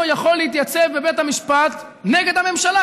יכול להתייצב בבית המשפט נגד הממשלה.